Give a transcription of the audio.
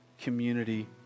community